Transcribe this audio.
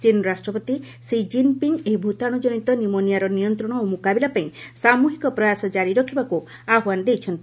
ଚୀନ୍ ରାଷ୍ଟ୍ରପତି Xi Jinping ଏହି ଭୂତାଣ୍ରକନିତ ନିମୋନିଆର ନିୟନ୍ତ୍ରଣ ଓ ମୁକାବିଲାପାଇଁ ସାମ୍ଭିହିକ ପ୍ରୟାସ କାରି ରଖିବାକୁ ଆହ୍ୱାନ ଦେଇଛନ୍ତି